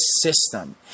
system